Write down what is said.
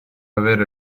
avere